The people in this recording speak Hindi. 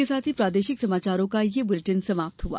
इसके साथ ही प्रादेशिक समाचार का ये बुलेटिन समाप्त हुआ